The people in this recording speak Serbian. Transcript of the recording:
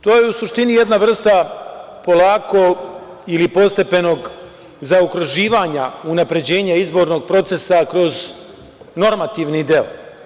To je u suštini jedna vrsta polako ili postepenog zaokruživanja unapređenja izbornog procesa kroz normativni deo.